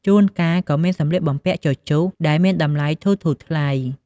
ជួនកាលក៏មានសម្លៀកបំពាក់ជជុះ ដែលមានតម្លៃធូរៗថ្លៃ។